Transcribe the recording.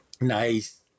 Nice